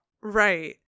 Right